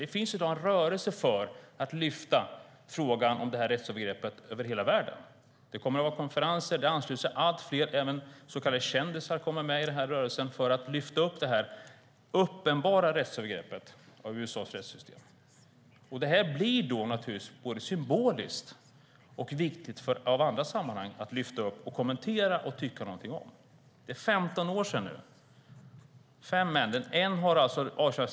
Det finns i dag en rörelse för att lyfta frågan om detta rättsövergrepp över hela världen. Det kommer att hållas konferenser, och allt fler ansluter sig. Även så kallade kändisar kommer med i rörelsen för att lyfta upp detta uppenbara rättsövergrepp av USA:s rättssystem. Det blir både symboliskt och viktigt i andra sammanhang att lyfta upp detta, att kommentera det och att tycka någonting om det. Det är nu 15 år sedan, och det handlar om fem män.